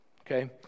okay